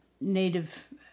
Native